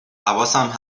حواسم